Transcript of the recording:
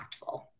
impactful